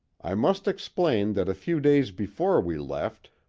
i must explain that a few days before we left,